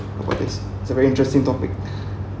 about this it's a very interesting topic